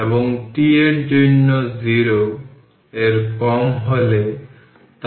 সুতরাং এটির পরিবর্তে kth ক্যাপাসিটর vk লিখুন এবং kth ক্যাপাসিটরের মান হল Ck 1Ck টাইমস হল t0 থেকে t dt vk t0